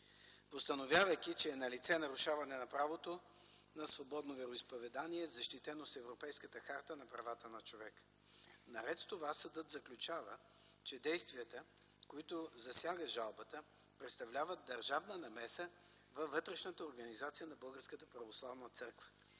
установявайки че е налице нарушаване на правото на свободно вероизповедание, защитено с Европейската харта за правата на човека. Наред с това съдът заключава, че действията, които засяга жалбата, представляват държавна намеса във вътрешната организация на